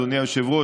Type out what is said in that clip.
אדוני היושב-ראש,